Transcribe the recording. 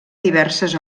diverses